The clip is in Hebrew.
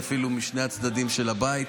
אפילו משני הצדדים של הבית.